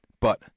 But